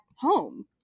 home